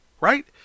Right